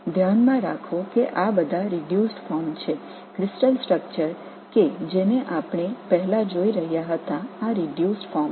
இவை அனைத்தும் ஒடுக்கப்பட்ட வடிவம் சரியானவை நாம் முன்பு பார்த்த படிக கட்டமைப்புகள் இவை ஒடுக்கப்பட்ட வடிவம்